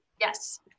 Yes